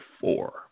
four